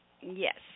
Yes